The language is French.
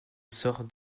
sorte